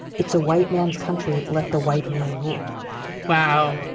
it's a white man's country. let the white man rule wow.